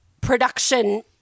production